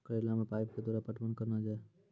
करेला मे पाइप के द्वारा पटवन करना जाए?